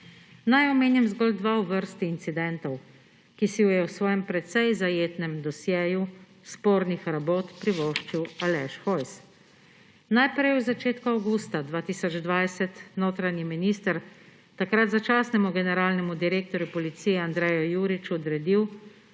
Naj omenim zgolj dva v vrsti incidentov, ki si ju je v svojem precej zajetnem dosjeju spornih rabot privoščil Aleš Hojs. Najprej v začetku avgusta 2020 notranji minister takrat začasnemu generalnemu direktorju Policije Andreju Juriču odredil,